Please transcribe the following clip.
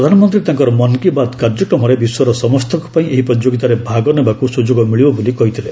ପ୍ରଧାନମନ୍ତ୍ରୀ ତାଙ୍କର ମନ୍ କି ବାତ୍ କାର୍ଯ୍ୟକ୍ରମରେ ବିଶ୍ୱର ସମସ୍ତଙ୍କ ପାଇଁ ଏହି ପ୍ରତିଯୋଗୀତାରେ ଭାଗ ନେବାକୁ ସୁଯୋଗ ମିଳିବ ବୋଲି କହିଥିଲେ